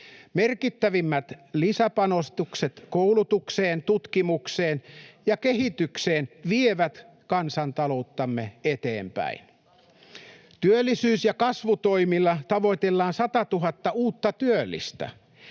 Merkittävimmät lisäpanostukset koulutukseen, tutkimukseen ja kehitykseen vievät kansantalouttamme eteenpäin. Työllisyys- ja kasvutoimilla tavoitellaan 100 000:tta uutta työllistä.